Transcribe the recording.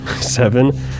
Seven